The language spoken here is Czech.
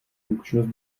funkčnost